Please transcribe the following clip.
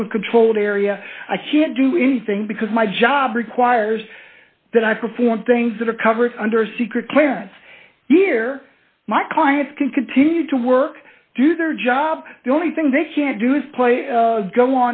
into a controlled area i can't do anything because my job requires that i perform things that are covered under secret clearance here my clients can continue to work do their job the only thing they can do is play